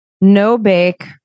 no-bake